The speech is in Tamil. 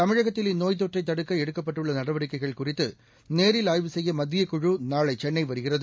தமிழகத்தில் இந்நோய் தொற்றைத் தடுக்களடுக்கப்பட்டுள்ளநடவடிக்கைகள் குறித்தநேரில் ஆய்வு செய்யமத்தியக் குழு நாளைசென்னைவருகிறது